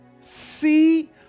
see